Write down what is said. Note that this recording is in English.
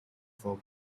for